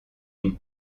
une